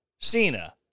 Cena